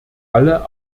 alle